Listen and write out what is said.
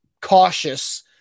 cautious